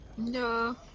No